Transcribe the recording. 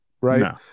right